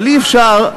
אבל אי-אפשר,